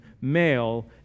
male